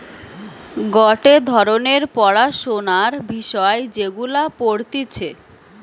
গটে ধরণের পড়াশোনার বিষয় যেগুলা পড়তিছে